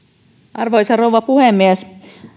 arvoisa rouva puhemies